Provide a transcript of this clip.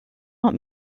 art